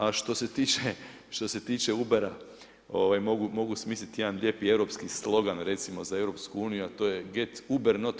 A što se tiče Ubera, mogu smisliti jedan lijepi europski slogan recimo za EU a to je „Get Uber not